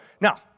now